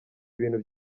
ibintu